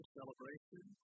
celebration